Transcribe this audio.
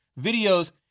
Videos